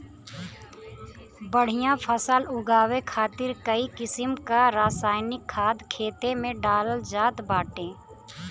बढ़िया फसल उगावे खातिर कई किसिम क रासायनिक खाद खेते में डालल जात बाटे